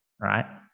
right